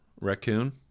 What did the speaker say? Raccoon